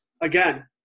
again